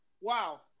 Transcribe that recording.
Wow